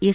S